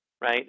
right